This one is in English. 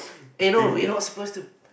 eh no we no supposed to